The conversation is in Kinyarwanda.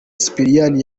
sipiriyani